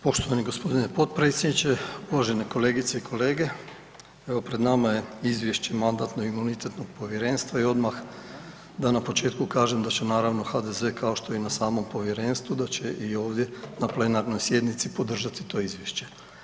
Poštovani gospodine potpredsjedniče, uvažene kolegice i kolege evo pred nama je izvješće Mandatno-imunitetnog povjerenstva i odmah da na početku kažem da će naravno HDZ kao što je i na samom povjerenstvu, da će i ovdje na plenarnoj sjednici podržati to izvješće.